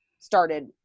started